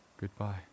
Goodbye